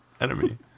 enemy